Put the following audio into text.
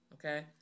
Okay